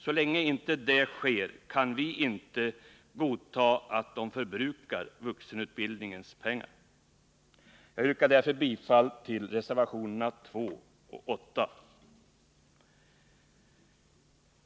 Så länge det inte sker kan vi inte godta att de förbrukar vuxenutbildningspengar. Jag yrkar därför bifall till reservationerna 2 och 8.